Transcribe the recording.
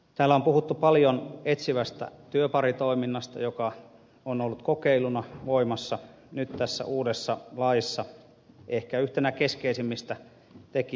täällä on puhuttu paljon etsivästä työparitoiminnasta joka on ollut kokeiluna voimassa nyt tässä uudessa laissa ehkä yhtenä keskeisimmistä tekijöistä